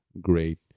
great